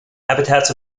habitats